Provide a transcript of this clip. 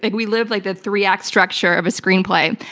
like we lived like the three act structure of a screenplay.